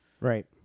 Right